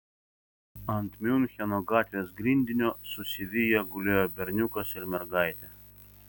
ant miuncheno gatvės grindinio susiviję gulėjo berniukas ir mergaitė